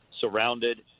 surrounded